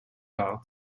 gar